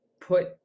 put